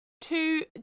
two